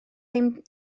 ddim